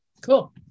Cool